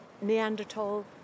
Neanderthal